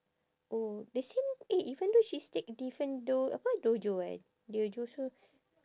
oh the same eh even though she's take different do~ apa dojo eh dojo so